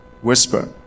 whisper